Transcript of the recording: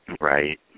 Right